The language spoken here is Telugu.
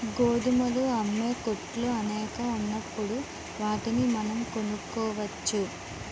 గోధుమలు అమ్మే కొట్లు అనేకం ఉన్నప్పుడు వాటిని మనం కొనుక్కోవచ్చు